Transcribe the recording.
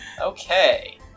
Okay